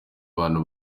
abantu